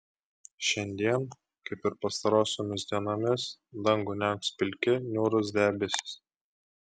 šiandien kaip ir pastarosiomis dienomis dangų niauks pilki niūrūs debesys